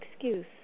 excuse